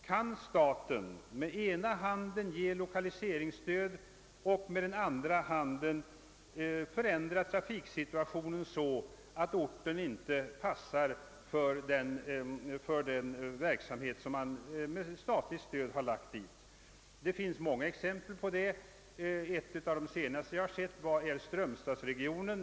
Kan staten med ena handen ge lokaliseringsstöd och med den andra handen förändra tra fiksituationen så, att orten inte passar för den verksamhet som med statligt stöd förlagts dit? Det finns många exempel härvidlag. Ett av de senaste gäller strömstadsregionen.